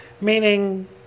meaning